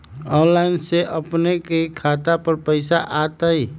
Online से अपने के खाता पर पैसा आ तई?